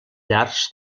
llars